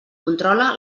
controla